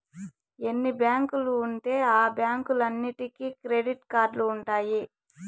ఎన్ని బ్యాంకులు ఉంటే ఆ బ్యాంకులన్నీటికి క్రెడిట్ కార్డులు ఉంటాయి